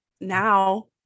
now